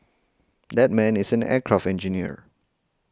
that man is an aircraft engineer